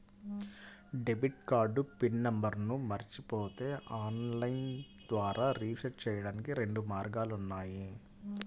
debit card pin నంబర్ను మరచిపోతే online ద్వారా రీసెట్ చెయ్యడానికి రెండు మార్గాలు ఉన్నాయి